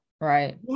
right